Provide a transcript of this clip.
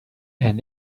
and